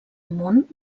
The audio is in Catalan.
món